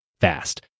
fast